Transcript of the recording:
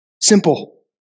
simple